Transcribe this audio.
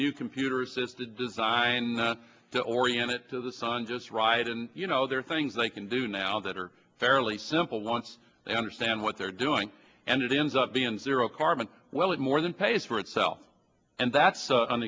new computer assisted design to orient it to the sun just right and you know there are things they can do now that are fairly simple once they understand what they're doing and it ends up being zero carbon well if more than pays for itself and that's an